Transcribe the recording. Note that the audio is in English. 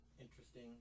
interesting